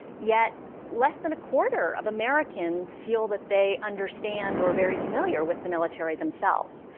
yet less than a quarter of americans feel that they understand or are very familiar with the military themselves.